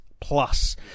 Plus